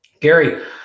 Gary